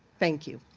thank you.